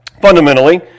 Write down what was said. Fundamentally